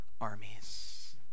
armies